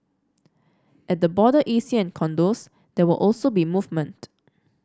at the border E C and condos there will also be movement